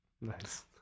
Nice